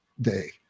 day